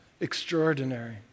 Extraordinary